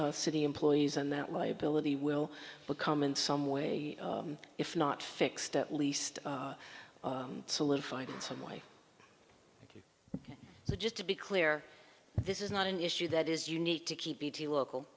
city employees and that liability will become in some way if not fixed at least solidified in some way so just to be clear this is not an issue that is unique to the local